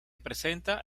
presenta